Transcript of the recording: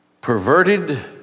perverted